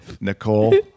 Nicole